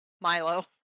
Milo